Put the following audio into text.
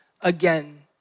again